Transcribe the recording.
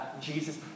Jesus